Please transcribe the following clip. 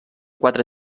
quatre